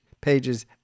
pages